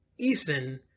Eason